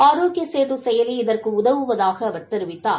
ஆரோக்கிய சேது செயலி மூலம் இதற்கு உதவுவதாக அவர் தெரிவித்தார்